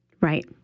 Right